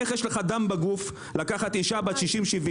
איך יש לך דם בגוף לקחת אישה בת 60-70,